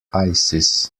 isis